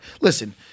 Listen